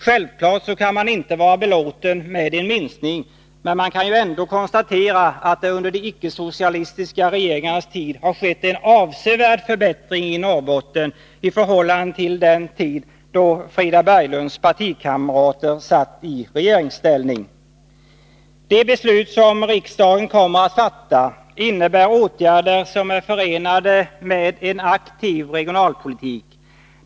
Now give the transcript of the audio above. Självklart kan man inte vara belåten med denna siffra, men man kan ändå konstatera att det under de icke-socialistiska regeringarnas tid skett en avsevärd förbättring i Norrbotten i förhållande till den tid då Frida Berglunds partikamrater satt i regeringsställning. De beslut som riksdagen kommer att fatta innebär åtgärder som är förenade med en aktiv regionalpolitik.